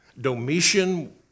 Domitian